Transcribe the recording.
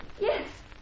Yes